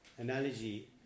analogy